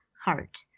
Heart